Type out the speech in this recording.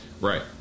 Right